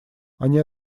они